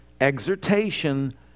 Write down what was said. exhortation